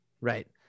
Right